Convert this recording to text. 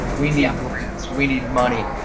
we need grants. we need money.